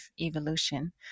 evolution